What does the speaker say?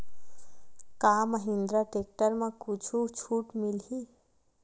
का महिंद्रा टेक्टर म कुछु छुट मिलही?